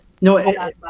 no